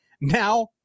now